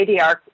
ADR